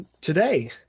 today